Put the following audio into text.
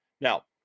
Now